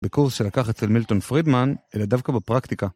בקורס שלקח אצל מילטון פרידמן, אלא דווקא בפרקטיקה.